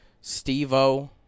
Steve-O